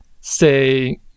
say